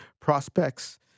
prospects